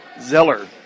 Zeller